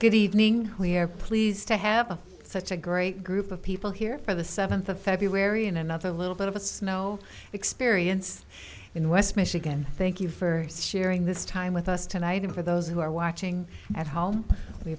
good evening we're pleased to have such a great group of people here for the seventh of february and another little bit of a snow experience in west michigan thank you for sharing this time with us tonight and for those who are watching at home we